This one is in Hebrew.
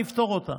אני אפתור אותה.